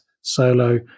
Solo